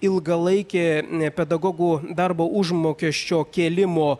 ilgalaikė pedagogų darbo užmokesčio kėlimo